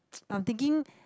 I'm thinking